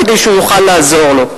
כדי שהוא יוכל לעזור לו.